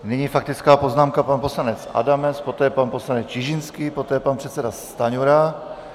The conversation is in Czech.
Nyní faktická poznámka, pan poslanec Adamec, poté pan poslanec Čižinský, poté pan předseda Stanjura.